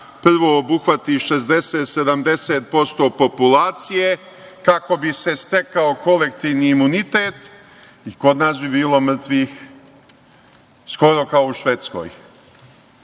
prvo obuhvati 60%, 70% populacije kako bi se stekao kolektivni imunitet i kod nas bi bilo mrtvih skoro kao u Švedskoj